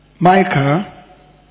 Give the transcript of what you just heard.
Micah